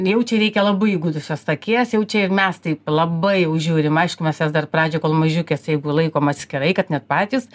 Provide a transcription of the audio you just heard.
jau čia reikia labai įgudusios akies jau čia ir mes taip labai jau žiūrim aišku mes jas dar pradžioj kol mažiukės jeigu laikom atskirai kad net patys